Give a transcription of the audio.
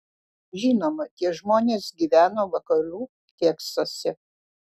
žinoma tie žmonės gyveno vakarų teksase